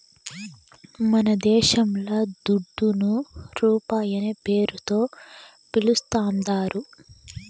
మనదేశంల దుడ్డును రూపాయనే పేరుతో పిలుస్తాందారు